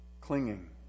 clinging